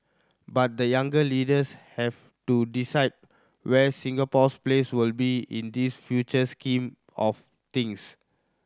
but the younger leaders have to decide where Singapore's place will be in this future scheme of things